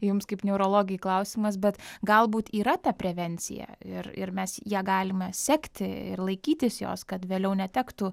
jums kaip neurologei klausimas bet galbūt yra ta prevencija ir ir mes ja galime sekti ir laikytis jos kad vėliau netektų